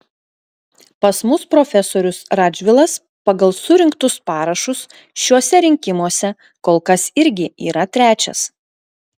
pas mus profesorius radžvilas pagal surinktus parašus šiuose rinkimuose kol kas irgi yra trečias